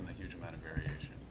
huge amount of variation.